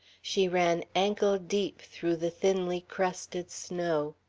she ran ankle deep through the thinly crusted snow.